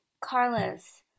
Carlos